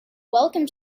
welcome